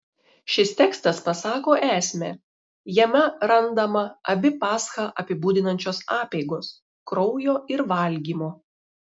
šis tekstas pasako esmę jame randama abi paschą apibūdinančios apeigos kraujo ir valgymo